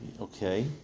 Okay